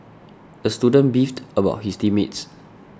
the student beefed about his team mates